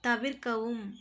தவிர்க்கவும்